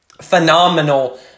phenomenal